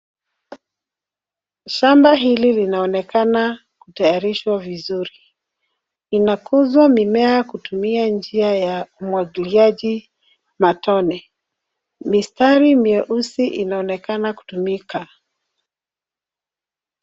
Shamba hili linaonekana kutayarishwa vizuri. Inakuzwa mimea kutumia njia ya umwagiliaji matone. Mistari mieusi inaonekana kutumika.